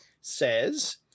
says